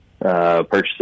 purchases